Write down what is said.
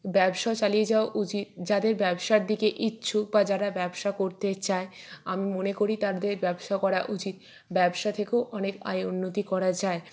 ব্যবসাও চালিয়ে যাওয়া উচিত যাদের ব্যবসার দিকে ইচ্ছুক বা যারা ব্যবসা করতে চায় আমি মনে করি তাদের ব্যবসা করা উচিত ব্যবসা থেকেও অনেক আয় উন্নতি করা যায়